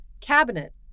Cabinet